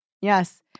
Yes